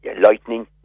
lightning